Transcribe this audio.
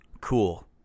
Cool